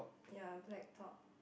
ya black top